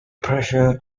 pressure